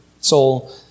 soul